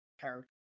character